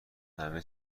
همه